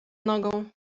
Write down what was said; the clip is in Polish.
nogą